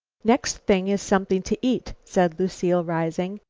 next thing's something to eat, said lucile, rising.